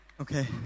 Okay